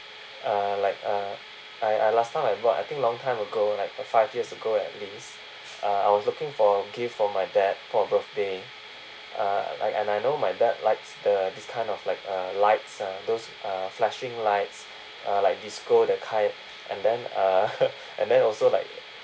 uh like uh I I last time I bought I think long time ago like five years ago at least uh I was looking for gift for my dad for birthday uh like and I know my dad likes the this kind of like uh lights ah those uh flashing lights uh like disco that kind and then uh and then also like